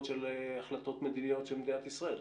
של החלטות מדיניות של מדינת ישראל,